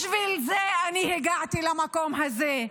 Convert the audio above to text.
בשביל זה אני הגעתי אל המקום הזה,